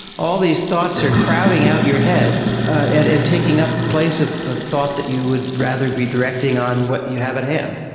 all these thoughts are crowding out your head ah and taking up the place of of thought that you would rather be directing on what you have at hand.